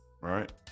Right